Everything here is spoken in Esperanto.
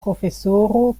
profesoro